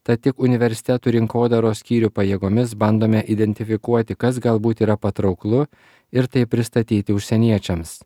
tad tik universitetų rinkodaros skyrių pajėgomis bandome identifikuoti kas galbūt yra patrauklu ir tai pristatyti užsieniečiams